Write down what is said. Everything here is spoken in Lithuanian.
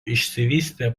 išsivystė